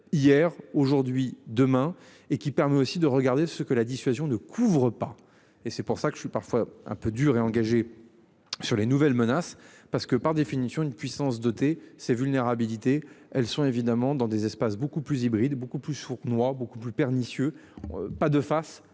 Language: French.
Hier, aujourd'hui, demain et qui permet aussi de regarder ce que la dissuasion ne couvre pas et c'est pour ça que je suis parfois un peu durs et engagé. Sur les nouvelles menaces parce que par définition une puissance dotée ces vulnérabilités, elles sont évidemment dans des espaces beaucoup plus hybride beaucoup plus sournois beaucoup plus pernicieux. Pas de face